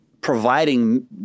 providing